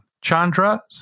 Chandra